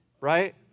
right